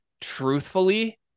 Truthfully